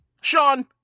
Sean